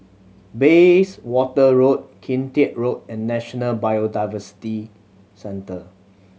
Bayswater Road Kian Teck Road and National Biodiversity Centre